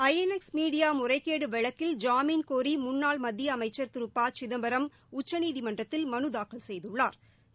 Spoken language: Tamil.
ஐ என் எக்ஸ் மீடியா முறைகேடு வழக்கில் ஜாமின் கோரி முன்னாள் மத்திய அமைச்சர் திரு ப சிதம்பரம் உச்சநீதிமன்றத்தில் மனு தாக்கல் செய்தள்ளாா்